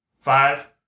Five